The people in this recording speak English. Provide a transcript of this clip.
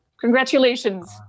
congratulations